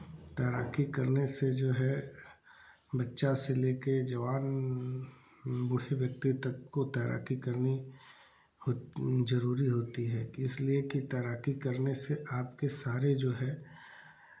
तैराकी करने से जो है बच्चा से लेके जवान बूढ़े व्यक्ति तक को तैराकी करनी हो ज़रूरी होती है इसलिए कि तैराकी करने से आपके सारे जो हैं